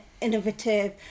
innovative